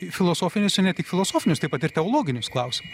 filosofinius ir ne tik filosofinius taip pat ir teologinius klausimus